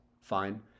fine